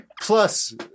Plus